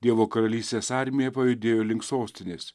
dievo karalystės armija pajudėjo link sostinės